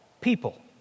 people